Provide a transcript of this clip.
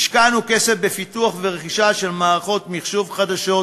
השקענו כסף בפיתוח ורכישה של מערכות מחשוב חדשות,